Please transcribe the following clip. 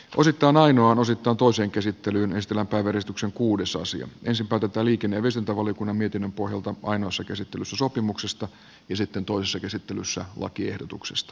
osittain ainoana sitoutuu sen käsittelyyn estellä ensin päätetään liikenne ja viestintävaliokunnan mietinnön pohjalta ainoassa käsittelyssä sopimuksesta ja sitten toisessa käsittelyssä lakiehdotuksesta